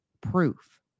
proof